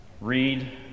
Read